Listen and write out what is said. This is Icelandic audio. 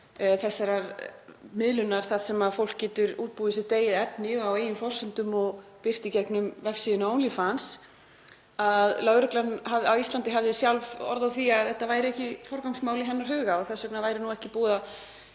þessarar miðlunar þar sem fólk getur útbúið sitt eigið efni á eigin forsendum og birt í gegnum vefsíðu Onlyfans — að lögreglan á Íslandi hafði sjálf orð á því að þetta væri ekki forgangsmál í hennar huga og þess vegna væri ekki búið að